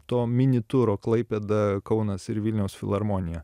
to mini turo klaipėda kaunas ir vilniaus filharmonija